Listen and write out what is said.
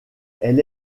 elle